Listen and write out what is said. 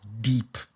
deep